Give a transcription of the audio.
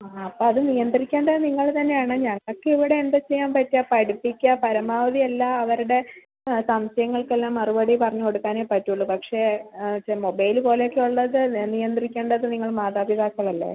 ആ അപ്പോൾ അത് നിയന്ത്രിക്കേണ്ടത് നിങ്ങൾ തന്നെ ആണ് ഞങ്ങൾക്ക് ഇവിടെ എന്താണ് ചെയ്യാൻ പറ്റുക പഠിപ്പിക്കാൻ പരമാവധി എല്ലാം അവരുടെ സംശയങ്ങൾക്ക് എല്ലാം മറുപടി പറഞ്ഞ് കൊടുക്കാനേ പറ്റുള്ളൂ പക്ഷെ മൊബൈല് പോലെ ഒക്കെ ഉള്ളത് നിയന്ത്രിക്കേണ്ടത് നിങ്ങൾ മാതാപിതാക്കളല്ലേ